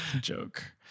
Joke